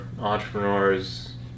entrepreneurs